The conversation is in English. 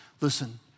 Listen